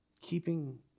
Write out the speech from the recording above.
keeping